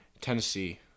Tennessee